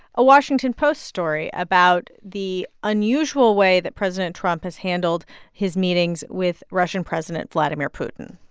a washington post story about the unusual way that president trump has handled his meetings with russian president vladimir putin